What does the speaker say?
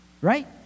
right